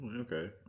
Okay